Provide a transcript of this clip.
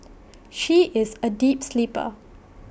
she is A deep sleeper